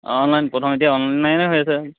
online প্ৰথম এতিয়া অনলাইনে হৈ আছে